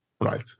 Right